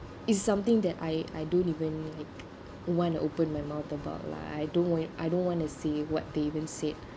is something that I I don't even like want to open my mouth about lah I don't want I don't want to say what they even said